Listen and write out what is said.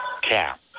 Cap